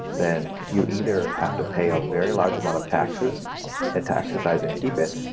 then you either have to pay a very large amount of taxes and to exercise and keep it,